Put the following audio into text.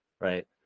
right